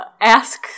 ask